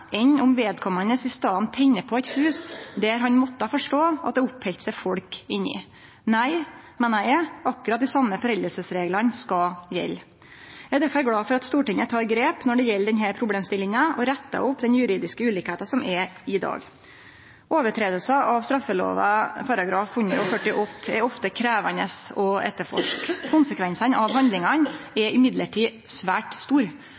om vedkomande hadde tent på eit hus der han måtte forstå at det oppheldt seg folk. Nei, meiner eg, akkurat dei same foreldingsreglane skal gjelde. Eg er derfor glad for at Stortinget tek grep når det gjeld denne problemstillinga, og rettar opp den juridiske ulikskapen som er i dag. Brot på straffelova § 148 er ofte krevjande å etterforske. Men konsekvensane av handlingane er svært